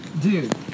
dude